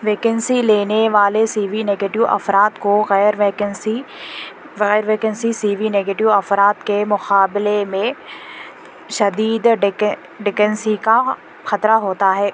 vacancy لینے والے C V negative افراد کو غیرویکینسی غیرویکینسی سی وی نگیٹیو افراد کے مقابلے میں شدید ڈیکن ڈیکنسی کا خطرہ ہوتا ہے